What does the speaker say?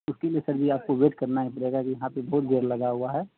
اس کے لیے سر جی آپ کو ویٹ کرنا ہی پڑے گا ابھی یہاں پہ بہت بھیڑ لگا ہوا ہے